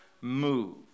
move